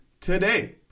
today